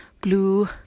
blue